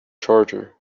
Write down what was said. charger